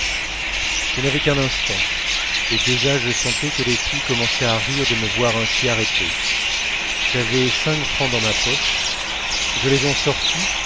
je n'avais qu'un instant et déjà je sentais que les filles commençaient à rire de me voir ainsi arrêté j'avais cinq francs dans ma poche je les en sortis